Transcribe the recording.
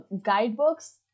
guidebooks